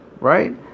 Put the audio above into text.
right